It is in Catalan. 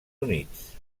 units